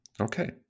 Okay